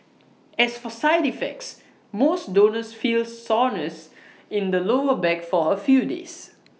as for side effects most donors feel soreness in the lower back for A few days